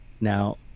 now